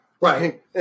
right